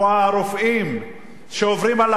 הרופאים שעוברים על החוק,